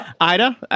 Ida